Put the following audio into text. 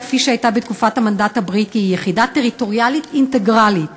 כפי שהייתה בתקופת המנדט הבריטי היא יחידה טריטוריאלית אינטגרלית.